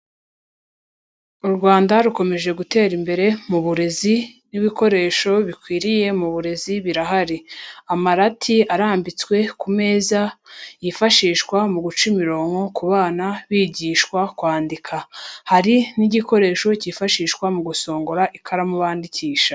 U Rwanda rukomeje gutera imbere mu burezi n'ibikoresho bikwiriye mu burezi birahari. Amarati arambitswe ku meza yifashishwa mu guca imirongo ku bana bigishwa kwandika. Hari n'igikoresho cyifashishwa mu gusongora ikaramu bandikisha.